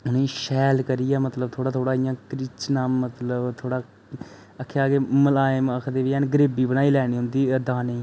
उ'नें शैल करियै मतलब थोह्ड़ा थोह्ड़ा इ'यां क्रीचना मतलब थोह्ड़ा आखेआ के मलायम आखदे बी हैन ग्रेवी बनाई लैनी उंदी दाने ई